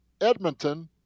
Edmonton